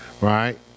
right